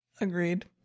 Agreed